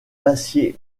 d’acier